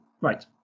right